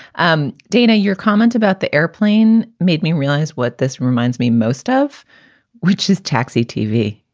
um dana, your comment about the airplane made me realize what this reminds me, most of which is taxi tv.